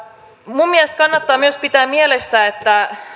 minun mielestäni kannattaa myös pitää mielessä että